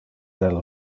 del